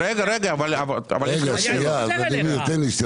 רגע, שנייה, ולדימיר, תן לי.